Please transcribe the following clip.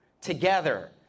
together